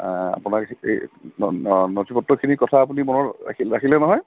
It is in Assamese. আপোনাৰ এই নথিপত্ৰখিনিৰ কথা আপুনি মনত ৰাখিলে নহয়